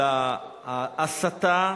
על ההסתה